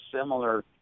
similar